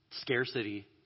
scarcity